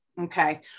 Okay